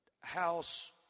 house